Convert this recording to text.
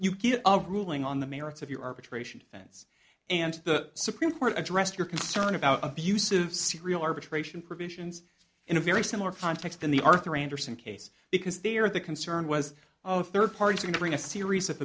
you get a ruling on the merits of your arbitration defense and the supreme court addressed your concern about abusive serial arbitration provisions in a very similar context in the arthur andersen case because they are the concern was of third party going to bring a series of